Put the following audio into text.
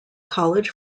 college